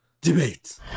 debate